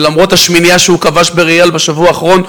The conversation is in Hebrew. שלמרות השמינייה שהוא כבש ב"ריאל" בשבוע האחרון,